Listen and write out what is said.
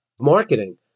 marketing